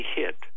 hit